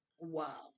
Wow